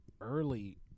early